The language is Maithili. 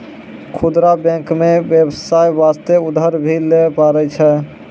खुदरा बैंक मे बेबसाय बास्ते उधर भी लै पारै छै